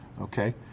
okay